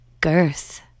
Girth